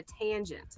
tangent